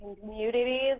communities